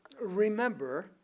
Remember